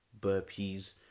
burpees